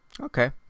Okay